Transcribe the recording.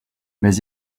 mais